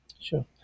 Sure